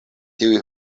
tiuj